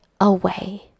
away